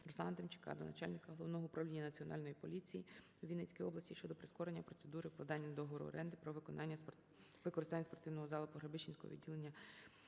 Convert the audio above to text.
Руслана Демчака до начальника Головного управління Національної поліції у Вінницькій області щодо прискорення процедури укладання договору-оренди про використання спортивного залу Погребищенського відділення